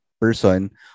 person